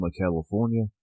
California